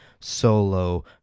solo